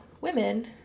women